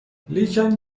لیکن